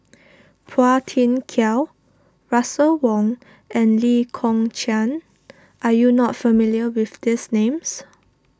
Phua Thin Kiay Russel Wong and Lee Kong Chian are you not familiar with these names